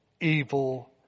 evil